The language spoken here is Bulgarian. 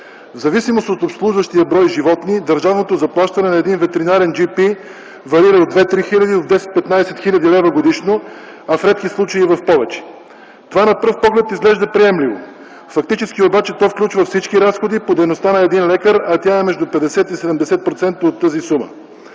В зависимост от обслужвания брой животни държавното заплащане на един ветеринарен джипи варира от 2-3 хиляди до 10-15 хил.лв. годишно, в редки случаи - повече. Това на пръв поглед изглежда приемливо. Фактически обаче то включва всички разходи по дейността на един лекар, а тя е между 50-70% от тази сума.